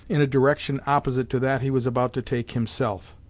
in a direction opposite to that he was about to take himself.